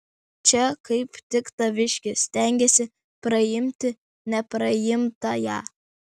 čia kaip tik taviškis stengiasi praimti nepraimtąją